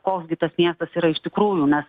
koks gi tas miestas yra iš tikrųjų nes